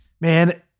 Man